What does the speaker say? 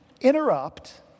interrupt